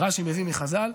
רש"י מביא מחז"ל: